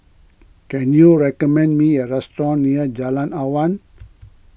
can you recommend me a restaurant near Jalan Awan